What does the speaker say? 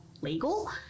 legal